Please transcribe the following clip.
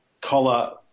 collar